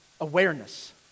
awareness